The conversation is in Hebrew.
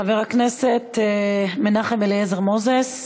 חבר הכנסת מנחם אליעזר מוזס,